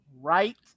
right